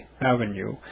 Avenue